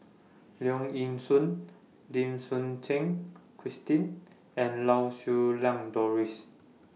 Leong Yee Soo Lim Suchen Christine and Lau Siew Lang Doris